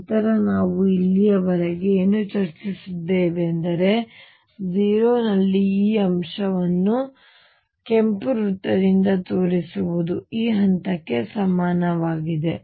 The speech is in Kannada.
ನಂತರ ನಾವು ಇಲ್ಲಿಯವರೆಗೆ ಏನು ಚರ್ಚಿಸಿದ್ದೇವೆಯೆಂದರೆ 0 ರಲ್ಲಿ ಈ ಅಂಶವನ್ನು ನಾನು ಕೆಂಪು ವೃತ್ತದಿಂದ ತೋರಿಸುತ್ತಿರುವುದು ಈ ಹಂತಕ್ಕೆ ಸಮನಾಗಿದೆ